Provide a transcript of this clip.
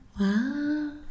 Wow